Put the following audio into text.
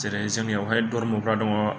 जेरै जोंनियावहाय धोरोमफोरा दङ